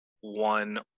one